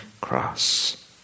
cross